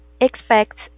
expects